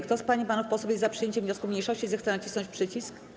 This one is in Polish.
Kto z pań i panów posłów jest za przyjęciem wniosku mniejszości, zechce nacisnąć przycisk.